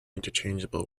interchangeable